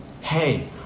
hey